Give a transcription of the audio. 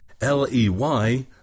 l-e-y